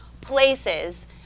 places